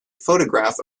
photograph